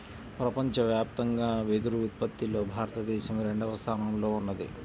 ప్రపంచవ్యాప్తంగా వెదురు ఉత్పత్తిలో భారతదేశం రెండవ స్థానంలో ఉన్నది